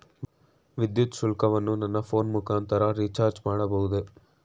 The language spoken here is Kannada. ವಿದ್ಯುತ್ ಶುಲ್ಕವನ್ನು ನನ್ನ ಫೋನ್ ಮುಖಾಂತರ ರಿಚಾರ್ಜ್ ಮಾಡಬಹುದೇ?